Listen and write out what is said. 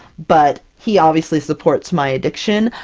but he obviously supports my addiction!